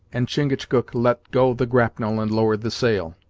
and chingachgook let go the grapnel and lowered the sail.